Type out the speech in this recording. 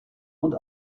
und